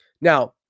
Now